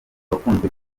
wakunzwe